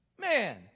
Man